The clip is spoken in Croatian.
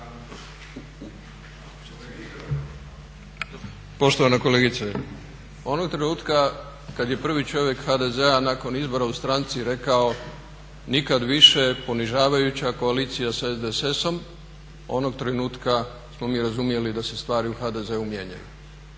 Poštovana kolegice, onog trenutka kada je prvi čovjek HDZ-a nakon izbora u stranci rekao nikad više ponižavajuća koalicija sa SDSS-om onog trenutka smo mi razumjeli da se stvari u HDZ-u mijenjaju.